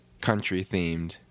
country-themed